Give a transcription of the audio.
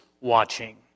watching